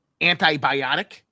antibiotic